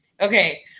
okay